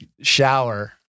shower